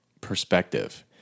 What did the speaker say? perspective